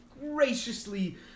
graciously